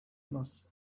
must